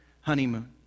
honeymoon